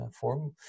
form